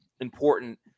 important